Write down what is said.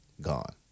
gone